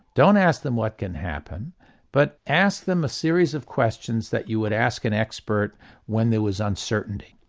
don't ask them what can happen but ask them a series of questions that you would ask an expert when there was uncertainty.